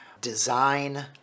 design